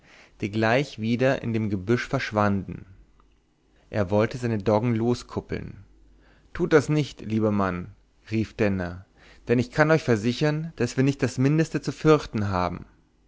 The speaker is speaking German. die gleich wieder in dem gebüsch verschwanden er wollte seine doggen loskuppeln tut das nicht lieber mann rief denner denn ich kann euch versichern daß wir nicht das mindeste zu fürchten haben